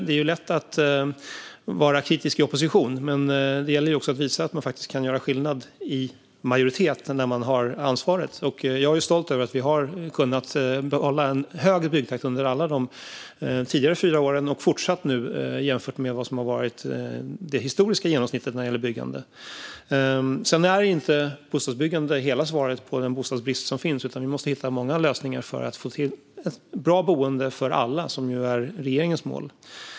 Det är lätt att vara kritisk i opposition, men det gäller att visa att man kan göra skillnad i majoritet, när man har ansvaret. Jag är stolt över att vi har kunnat behålla en hög byggtakt under alla våra tidigare fyra år och att det fortsatt är så, jämfört med det historiska genomsnittet när det gäller byggande. Sedan är inte bostadsbyggande hela svaret på den bostadsbrist som finns, utan vi måste hitta många lösningar för att få till ett bra boende för alla, vilket är regeringens mål.